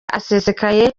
asesekaye